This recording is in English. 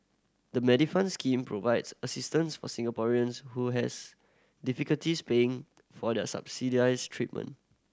the Medifund scheme provides assistance for Singaporeans who has difficulties paying for the subsidized treatment